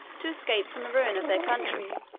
to escape from the ruin of their country,